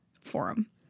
forum